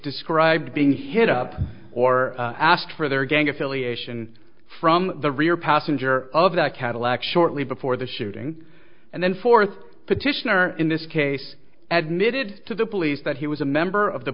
described being hit up or asked for their gang affiliation from the rear passenger of that cadillac shortly before the shooting and then fourth petitioner in this case had needed to the police that he was a member of the